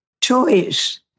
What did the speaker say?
choice